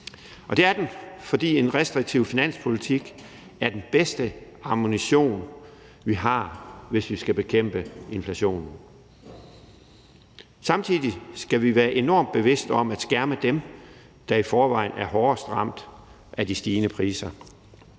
Det er den, fordi en restriktiv finanspolitik er den bedste ammunition, vi har, hvis vi skal bekæmpe inflationen. Samtidig skal vi være enormt bevidste om at skærme dem, der i forvejen er hårdest ramt af de stigende priser.